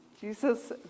Jesus